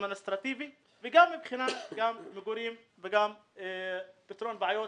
אדמיניסטרטיבי וגם מבחינת מגורים ופתרון בעיות